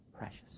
Precious